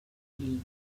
lli